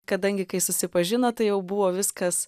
kadangi kai susipažino tai jau buvo viskas